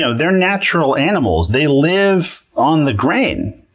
so they're natural animals. they live on the grain.